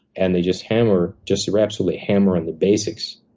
and they just hammer, just absolutely hammer on the basics.